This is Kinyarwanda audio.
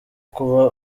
kuba